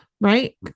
Right